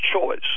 choice